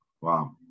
Wow